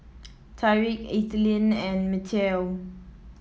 Tyrik Ethelyn and Mateo